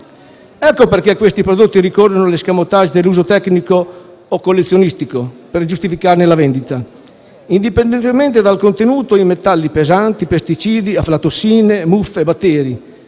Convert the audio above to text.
Ecco perché questi prodotti ricorrono all'*escamotage* dell'uso tecnico o collezionistico per giustificarne la vendita, indipendentemente dal contenuto in metalli pesanti, pesticidi, aflatossine, muffe e batteri,